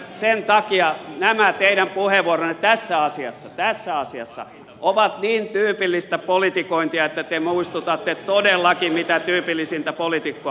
sen takia nämä teidän puheenvuoronne tässä asiassa ovat niin tyypillistä politikointia että te muistutatte todellakin mitä tyypillisintä poliitikkoa